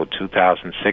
2006